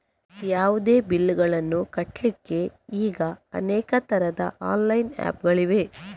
ಯಾವುದೇ ಬಿಲ್ಲುಗಳನ್ನು ಕಟ್ಲಿಕ್ಕೆ ಈಗ ಅನೇಕ ತರದ ಆನ್ಲೈನ್ ಆಪ್ ಗಳಿವೆ